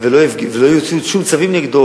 ולא יוציאו שום צווים נגדו,